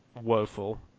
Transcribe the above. woeful